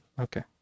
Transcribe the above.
Okay